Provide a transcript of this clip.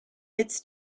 its